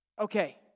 okay